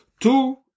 Two